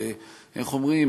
ו-איך אומרים?